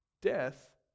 death